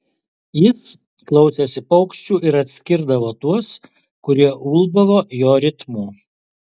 jis klausėsi paukščių ir atskirdavo tuos kurie ulbavo jo ritmu